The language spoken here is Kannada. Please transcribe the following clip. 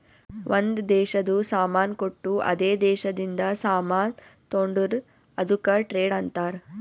ಒಂದ್ ದೇಶದು ಸಾಮಾನ್ ಕೊಟ್ಟು ಅದೇ ದೇಶದಿಂದ ಸಾಮಾನ್ ತೊಂಡುರ್ ಅದುಕ್ಕ ಟ್ರೇಡ್ ಅಂತಾರ್